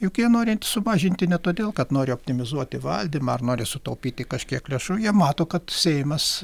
juk jie nori sumažinti ne todėl kad nori optimizuoti valdymą ar nori sutaupyti kažkiek lėšų jie mato kad seimas